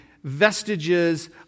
vestiges